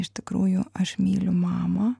iš tikrųjų aš myliu mamą